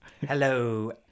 hello